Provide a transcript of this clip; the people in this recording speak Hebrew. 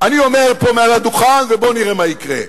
אני אומר פה מהדוכן, ובוא נראה מה יקרה.